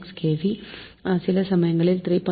6 kV சில சமயங்களில் 3